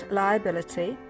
liability